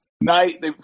night